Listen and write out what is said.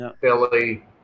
Philly